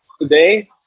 today